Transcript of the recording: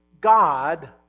God